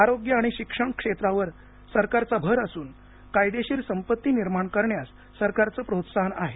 आरोग्य आणि शिक्षण क्षेत्रावर सरकारचा भर असून कायदेशीर संपत्ती निर्माण करण्यास सरकारचं प्रोत्साहन आहे